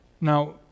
Now